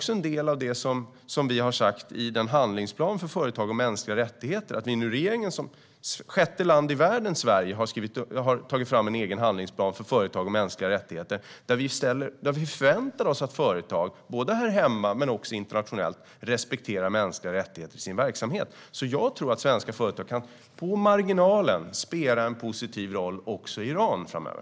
Sverige har som sjätte land i världen tagit fram en egen handlingsplan för företag om mänskliga rättigheter där vi förväntar oss att företag, både här hemma och internationellt, respekterar mänskliga rättigheter i sin verksamhet. Jag tror att svenska företag kan på marginalen spela en positiv roll också i Iran framöver.